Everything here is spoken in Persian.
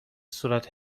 صورت